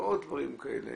ועוד דברים כאלה,